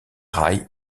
rails